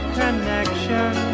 connection